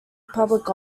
public